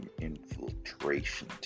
infiltration